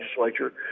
legislature